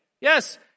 Yes